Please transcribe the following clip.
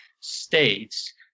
states